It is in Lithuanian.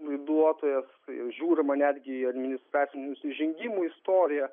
laiduotojas žiūrima netgi į administracinių nusižengimų istoriją